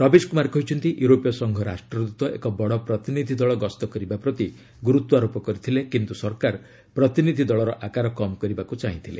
ରବିଶ କୁମାର କହିଛନ୍ତି ୟୁରୋପୀୟ ସଂଘ ରାଷ୍ଟ୍ରଦୃତ ଏକ ବଡ଼ ପ୍ରତିନିଧି ଦଳ ଗସ୍ତ କରିବା ପ୍ରତି ଗୁରୁତ୍ୱାରୋପ କରିଥିଲେ କିନ୍ତୁ ସରକାର ପ୍ରତିନିଧି ଦଳର ଆକାର କମ୍ କରିବାକୁ ଚାହିଁଥିଲେ